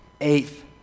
Eighth